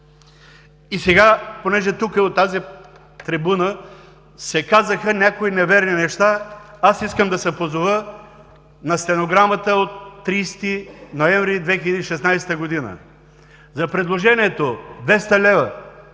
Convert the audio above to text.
Понеже от тази трибуна се казаха някои неверни неща, аз искам да се позова на стенограмата от 30 ноември 2016 г. За предложението 200 лв.